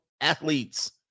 Athletes